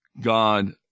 God